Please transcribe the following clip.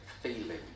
feeling